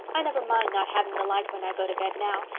i never mind not having the light when i go to bed now,